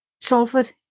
Salford